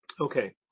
Okay